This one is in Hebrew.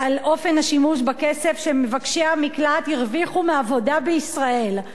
על אופן השימוש בכסף שמבקשי המקלט הרוויחו מעבודה בישראל.